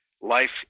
life